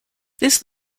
this